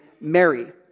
Mary